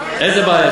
איזו בעיה?